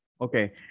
Okay